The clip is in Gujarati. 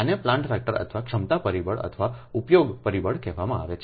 આને પ્લાન્ટ ફેક્ટર અથવા ક્ષમતા પરિબળ અથવા ઉપયોગ પરિબળ કહેવામાં આવે છે